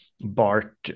Bart